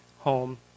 home